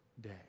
day